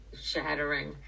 shattering